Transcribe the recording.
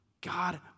God